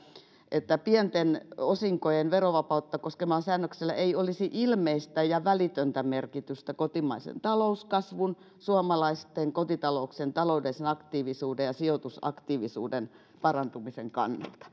että pienten osinkojen verovapautta koskevalla säännöksellä ei olisi ilmeistä ja välitöntä merkitystä kotimaisen talouskasvun suomalaisten kotitalouksien taloudellisen aktiivisuuden ja sijoitusaktiivisuuden parantamisen kannalta